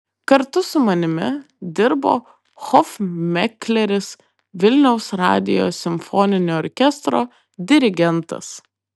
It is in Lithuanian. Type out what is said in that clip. kartu su manimi dirbo hofmekleris vilniaus radijo simfoninio orkestro dirigentas